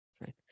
right